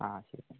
ആ ശരി